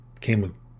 Came